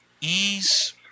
ease